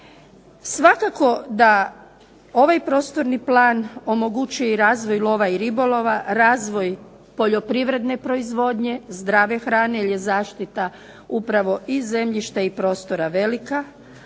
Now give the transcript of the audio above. Svakako da ovaj prostorni plan omogućuje razvoj lova i ribolova, razvoj poljoprivredne proizvodnje, zdrave hrane jer je zaštita upravo i zemljišta i prostora velika,